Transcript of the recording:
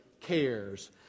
cares